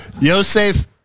Yosef